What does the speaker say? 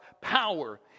power